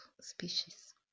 species